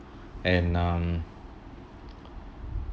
and um